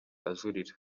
ajurira